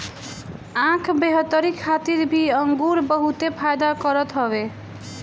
आँख बेहतरी खातिर भी अंगूर बहुते फायदा करत हवे